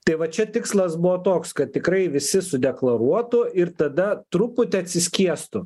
tai va čia tikslas buvo toks kad tikrai visi sudeklaruotų ir tada truputį atsiskiestų